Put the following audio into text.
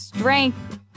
Strength